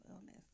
illness